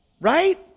right